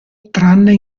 tranne